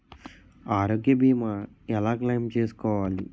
ఆరోగ్య భీమా ఎలా క్లైమ్ చేసుకోవాలి?